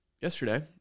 Yesterday